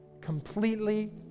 completely